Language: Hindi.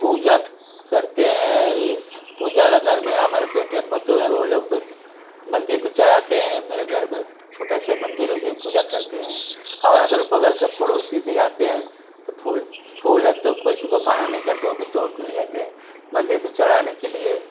पूजा करते हैं पूजा वाले घर में हमारे बेटे पतोह हैं उ लोग भी मंदिर में चढ़ाते हैं मेरे घर में छोटा सा मंदिर भी पूजा करते हैं और अगल बगल का पड़ोसी भी आते हैं तो फूल फूल है तो किसी को मना नहीं करते है वो भी तोड़ कर ले जाते हैं मंदिर में चढ़ाने के लिए